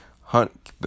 Hunt